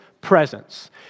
presence